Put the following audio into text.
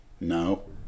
no